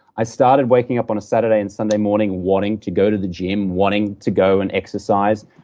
i started waking up on a saturday and sunday morning wanting to go to the gym, wanting to go and exercise.